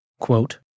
Quote